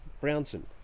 Brownson